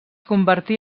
convertí